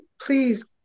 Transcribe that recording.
please